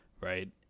Right